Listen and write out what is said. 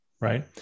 right